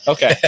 Okay